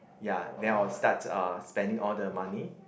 ya then I'll start uh spending all the money